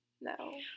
no